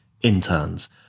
interns